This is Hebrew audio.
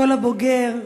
הקול הבוגר,